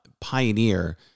pioneer